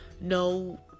no